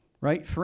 right